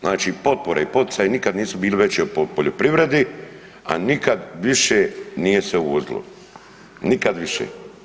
Znači potpore i poticaji nikad nisu bili veći u poljoprivredi, a nikad više nije se uvozilo, nikad više.